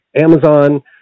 Amazon